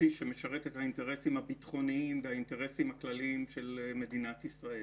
בסיס שמשרת את האינטרסים הביטחוניים והאינטרסים הכלליים של מדינת ישראל.